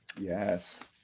Yes